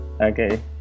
Okay